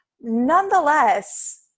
Nonetheless